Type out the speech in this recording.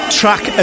track